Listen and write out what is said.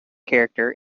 character